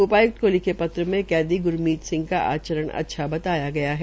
उपायुक्त को लिखे पत्र में कैदी ग्रमीत सिंह का आचरण अच्छा बताया गया है